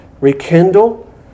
rekindle